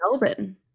Melbourne